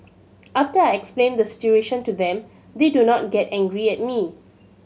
after I explain the situation to them they do not get angry at me